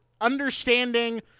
understanding